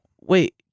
wait